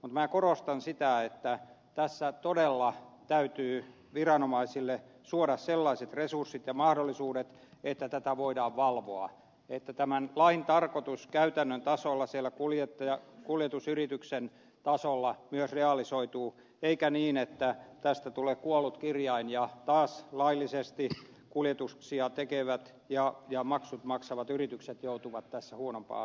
mutta minä korostan sitä että tässä todella täytyy viranomaisille suoda sellaiset resurssit ja mahdollisuudet että tätä voidaan valvoa että tämän lain tarkoitus käytännön tasolla siellä kuljetusyrityksen tasolla myös realisoituu eikä niin että tästä tulee kuollut kirjain ja taas laillisesti kuljetuksia tekevät ja maksut maksavat yritykset joutuvat tässä huonompaan asemaan